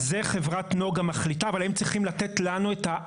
חברת נגה מחליטה אבל הם צריכים לתת לנו את האסמכתאות.